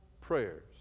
prayers